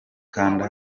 kanda